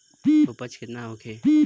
उपज केतना होखे?